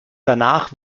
danach